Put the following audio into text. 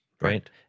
right